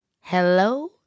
Hello